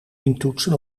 intoetsen